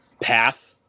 path